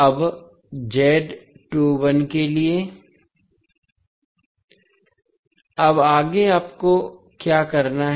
अब के लिए अब आगे आपको क्या करना है